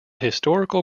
historical